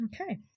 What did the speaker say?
Okay